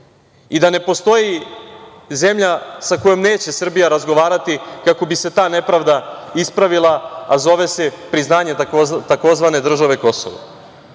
i da ne postoji zemlja sa kojom neće Srbija razgovarati kako bi se ta nepravda ispravila, a zove se priznanje tzv. države Kosovo. Vidim